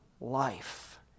life